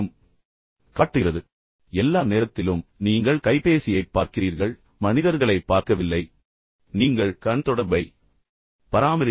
இப்போது எல்லா நேரத்திலும் நீங்கள் கைபேசியைப் பார்க்கிறீர்கள் பின்னர் நீங்கள் மனிதர்களைப் பார்க்கவில்லை நீங்கள் கண் தொடர்பை பராமரிக்கவில்லை